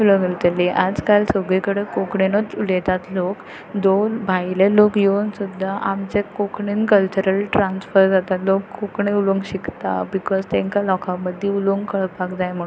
उलो घालतलीं आजकाल सगळी कडेन कोंकणीनूच उलयतात लोग दो भायले लोग येवन सुद्दा आमचे कोंकणीन कल्चरल ट्रान्सफर जाता लोक कोंकणी उलोवंक शिकता बिकॉज तांकां लोकां मदीं उलोवंक कळपाक जाय म्हुणू